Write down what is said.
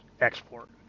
export